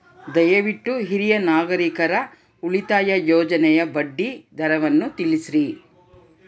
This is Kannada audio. ದಯವಿಟ್ಟು ಹಿರಿಯ ನಾಗರಿಕರ ಉಳಿತಾಯ ಯೋಜನೆಯ ಬಡ್ಡಿ ದರವನ್ನು ತಿಳಿಸ್ರಿ